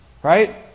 Right